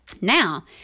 now